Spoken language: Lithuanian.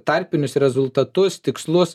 tarpinius rezultatus tikslus